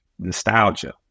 nostalgia